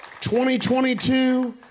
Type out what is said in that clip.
2022